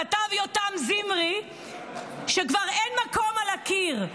כתב יותם זמרי שכבר אין מקום על הקיר.